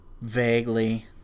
Vaguely